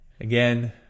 Again